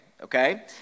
okay